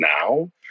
now